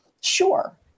sure